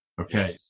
Okay